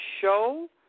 show